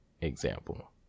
example